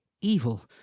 evil